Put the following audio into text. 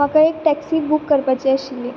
म्हाका एक taxi book करपाची आशिल्ली